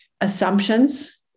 assumptions